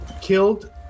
killed